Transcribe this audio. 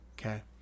Okay